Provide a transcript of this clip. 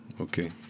Okay